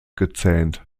gezähnt